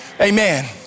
Amen